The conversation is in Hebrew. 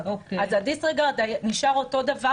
במציאות הכלכלית החריגה שאנחנו נמצאים בה,